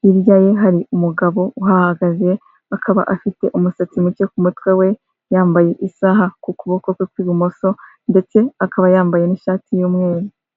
hirya ye hari umugabo uhahagaze akaba afite umusatsi muke ku mutwe we yambaye isaha ku kuboko kwe kw'ibumoso ndetse akaba yambaye n'ishati y'umweru.